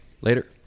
Later